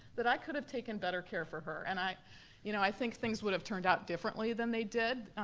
that i could've taken better care for her. and i you know i think things would have turned out differently than they did,